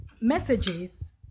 messages